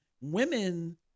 women